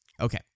Okay